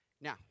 Now